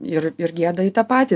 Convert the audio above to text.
ir ir gieda į tą patį